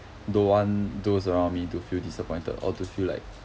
don't want those around me to feel disappointed or to feel like